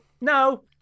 no